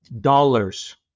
dollars